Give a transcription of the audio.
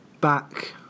back